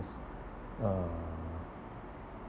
s~ uh